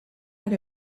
had